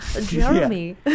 jeremy